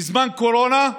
בזמן קורונה,